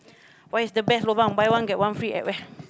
what is the best lobang buy one get one free at where